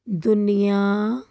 ਦੁਨੀਆਂ